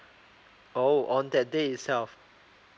oh on that day itself